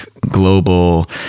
global